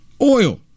oil